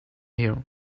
here